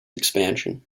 expansion